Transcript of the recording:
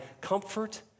comfort